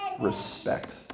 respect